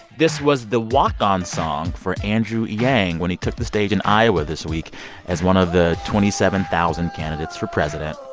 this was the walk-on song for andrew yang when he took the stage in iowa this week as one of the twenty seven thousand candidates for president.